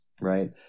right